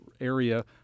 area